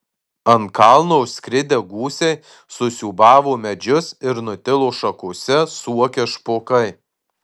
ant kalno užskridę gūsiai susiūbavo medžius ir nutilo šakose suokę špokai